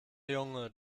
junge